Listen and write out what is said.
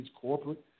corporate